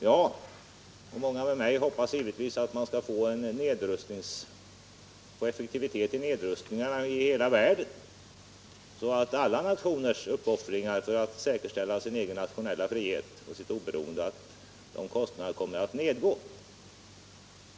Jag och många med mig hoppas givetvis på effektivitet i nedrustningarna i hela världen, så att alla nationers uppoffringar för att säkerställa sin nationella frihet och sitt oberoende blir mindre.